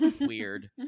weird